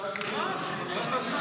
הצעת חוק